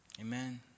Amen